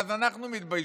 ואז אנחנו מתביישים,